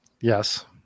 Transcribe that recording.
Yes